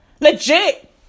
Legit